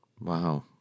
Wow